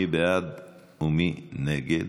מי בעד ומי נגד?